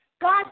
God